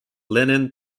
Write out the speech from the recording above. lenin